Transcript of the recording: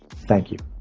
thank you